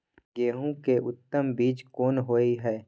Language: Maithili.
गेहूं के उत्तम बीज कोन होय है?